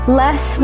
less